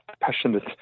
passionate